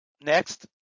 Next